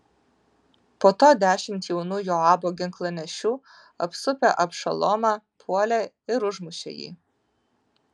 po to dešimt jaunų joabo ginklanešių apsupę abšalomą puolė ir užmušė jį